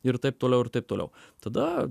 ir taip toliau ir taip toliau tada